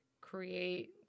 create